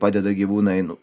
padeda gyvūnai nu